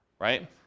right